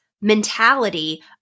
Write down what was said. mentality